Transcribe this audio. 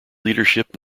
leadership